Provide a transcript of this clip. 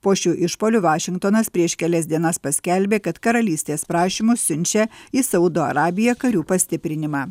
po šių išpuolių vašingtonas prieš kelias dienas paskelbė kad karalystės prašymu siunčia į saudo arabiją karių pastiprinimą